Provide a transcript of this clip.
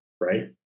right